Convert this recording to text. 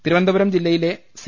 തിരുവനന്തപുരം ജില്ലയിലെ സി